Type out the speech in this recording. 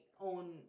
own